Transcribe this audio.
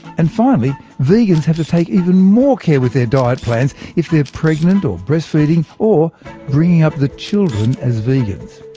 and finally, vegans have to take even more care with their diet plans if they are pregnant or breastfeeding, or bringing up the children as vegans.